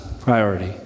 priority